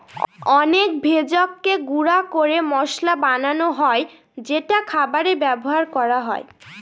অনেক ভেষজকে গুঁড়া করে মসলা বানানো হয় যেটা খাবারে ব্যবহার করা হয়